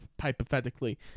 hypothetically